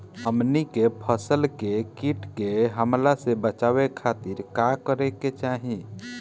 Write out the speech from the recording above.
हमनी के फसल के कीट के हमला से बचावे खातिर का करे के चाहीं?